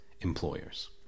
employers